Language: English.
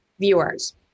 viewers